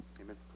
Amen